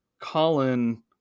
Colin